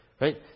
Right